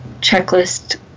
checklist